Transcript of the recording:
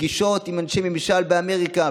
פגישות עם אנשי ממשל באמריקה,